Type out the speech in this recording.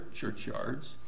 churchyards